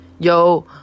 Yo